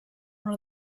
one